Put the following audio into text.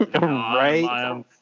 Right